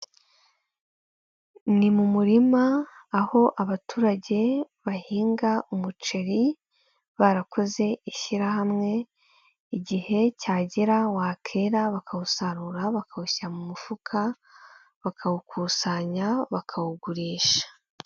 Ni mu murima aho abaturage bahinga umuceri barakoze ishyirahamwe igihe cyagera wakera bakawusarura bakawushyira mu mufuka, bakawukusanya bakawugurisha.